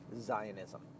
Zionism